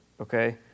Okay